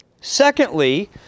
secondly